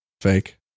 fake